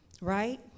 right